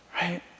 right